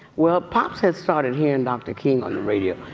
well, pops had started hearing dr. king on the radio.